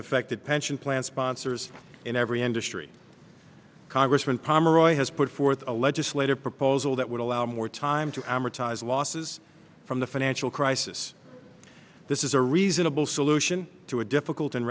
affected pension plan sponsors in every industry congressman pomeroy has put forth a legislative proposal that would allow more time to amortize losses from the financial crisis this is a reasonable solution to a difficult